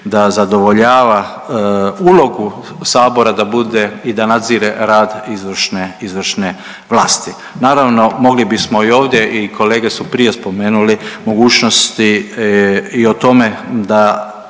da zadovoljava ulogu sabora da bude i da nadzire rad izvršne, izvršne vlasti. Naravno mogli bismo i ovdje i kolege su prije spomenuli mogućnosti i o tome da